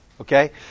Okay